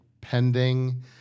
pending